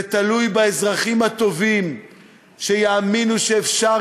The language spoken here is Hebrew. זה תלוי באזרחים הטובים שיאמינו שאפשר